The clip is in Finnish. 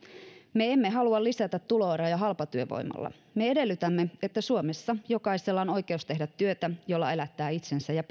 me emme halua lisätä tuloeroja halpatyövoimalla me edellytämme että suomessa jokaisella on oikeus tehdä työtä jolla elättää itsensä ja